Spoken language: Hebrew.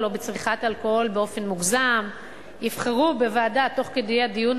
או בצריכת אלכוהול באופן מוגזם; יבחרו בוועדה תוך כדי הדיון